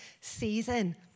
season